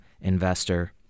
investor